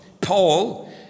Paul